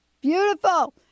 Beautiful